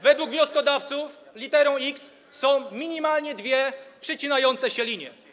Według wnioskodawców literą X są minimalnie dwie przecinające się linie.